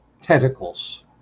tentacles